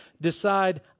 decide